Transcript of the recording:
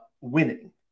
winning